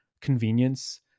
convenience